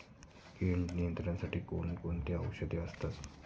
कीड नियंत्रणासाठी कोण कोणती औषधे असतात?